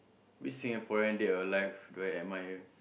which Singaporean dead or alive do I admire